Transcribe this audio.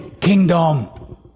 kingdom